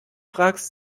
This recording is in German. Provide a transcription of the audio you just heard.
fragst